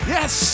Yes